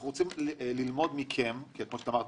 אנחנו רוצים ללמוד מכם - כמו שאמרת,